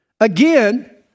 Again